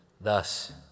thus